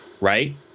right